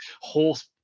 horse